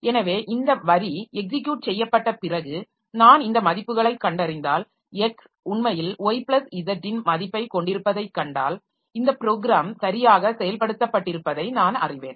எனவே இந்த வரி எக்ஸிக்யூட் செய்யப்பட்ட பிறகு நான் இந்த மதிப்புகளைக் கண்டறிந்தால் x உண்மையில் y plus z இன் மதிப்பைக் கொண்டிருப்பதைக் கண்டால் இந்த ப்ரோக்ராம் சரியாக செயல்படுத்தப்பட்டிருப்பதை நான் அறிவேன்